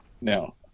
No